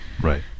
Right